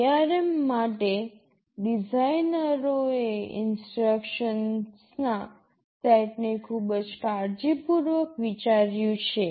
ARM માટે ડિઝાઇનરોએ ઇન્સટ્રક્શન્સના આ સેટને ખૂબ કાળજીપૂર્વક વિચાર્યું છે